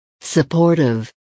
supportive